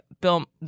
Bill